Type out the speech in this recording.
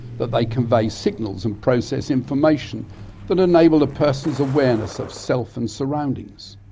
that they convey signals and process information that enable a person's awareness of self and surroundings.